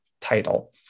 title